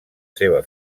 seva